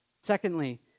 Secondly